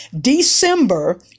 December